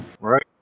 right